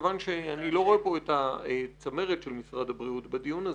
כיוון שאני לא רואה פה את הצמרת של משרד הבריאות בדיון הזה,